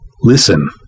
Listen